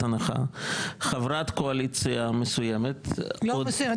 הנחה חברת קואליציה מסוימת --- לא מסוימת,